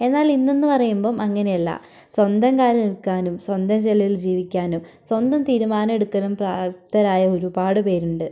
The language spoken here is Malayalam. എന്നാൽ ഇന്നെന്ന് പറയുമ്പം അങ്ങനെ അല്ല സ്വന്തം കാലിൽ നിൽക്കാനും സ്വന്തം ചിലവിൽ ജീവിക്കാനും സ്വന്തം തീരുമാനം എടുക്കാനും പ്രാപ്തരായ ഒരുപാട് പേരുണ്ട്